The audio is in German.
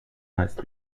meist